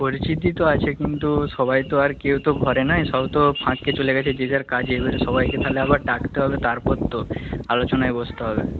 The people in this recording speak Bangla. পরিচিতি তো আছে কিন্তু সবাই তো আর কেউ তো ঘরে নেই সব তো ফাঁকে চলে গেছে যে যার কাজে এবারে সবাইকে তাহলে আবার ডাকতে হবে তারপর তো আলোচনায় বসতে হবে